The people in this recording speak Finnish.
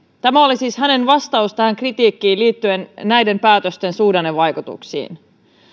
tämä oli siis hänen vastauksensa kritiikkiin liittyen näiden päätösten suhdannevaikutuksiin